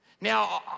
Now